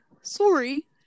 Sorry